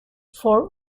four